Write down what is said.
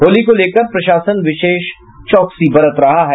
होली को लेकर प्रशासन विशेष चौकसी बरत रहा है